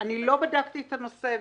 אני לא בדקתי את הנושא,